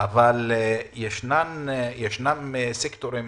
אבל ישנם סקטורים